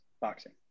boxing